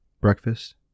breakfast